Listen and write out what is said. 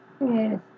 Yes